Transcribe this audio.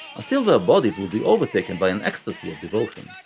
until their bodies would be overtaken by an ecstasy of devotion.